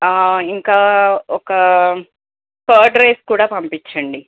ఇంకా ఒక curd rice కూడా పంపించండి